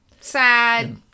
sad